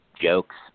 jokes